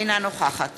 אינה נוכחת